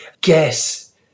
guess